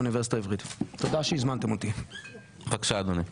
בבקשה אדוני.